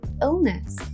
illness